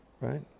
right